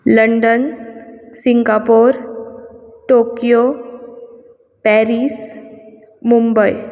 London Singapore Tokyo Paris Mumbai